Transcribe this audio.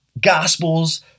gospels